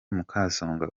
mukasonga